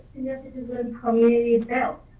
citizen community belt.